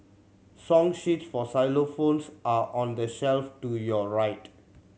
song sheets for xylophones are on the shelf to your right